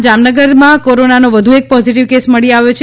આ ઉપરાંત જામનગરમાં કોરોનાનો વધુ એક પોઝિટિવ કેસ મળી આવ્યો છે